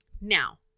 Now